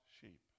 sheep